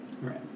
Right